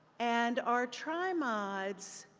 and our try moderators,